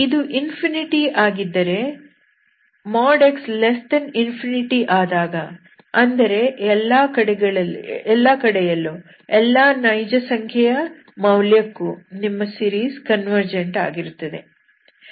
ಇದು ಆಗಿದ್ದರೆ |x|∞ ಆದಾಗ ಅಂದರೆ ಎಲ್ಲಾ ಕಡೆಯಲ್ಲೂ ಎಲ್ಲಾ ನೈಜ ಸಂಖ್ಯೆ ಯ ಮೌಲ್ಯಕ್ಕೂ ನಿಮ್ಮ ಸೀರೀಸ್ ಕನ್ವರ್ಜೆಂಟ್ ಆಗಿರುತ್ತದೆ